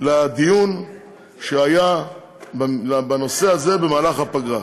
לדיון שהיה בנושא הזה במהלך הפגרה.